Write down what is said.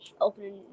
opening